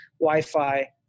Wi-Fi